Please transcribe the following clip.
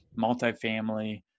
multifamily